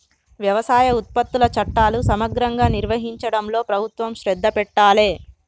వ్యవసాయ ఉత్పత్తుల చట్టాలు సమగ్రంగా నిర్వహించడంలో ప్రభుత్వం శ్రద్ధ పెట్టాలె